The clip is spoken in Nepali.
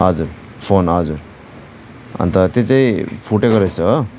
हजुर फोन हजुर अन्त त्यो चाहिँ फुटेको रहेछ हो